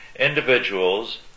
Individuals